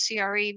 CRE